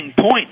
point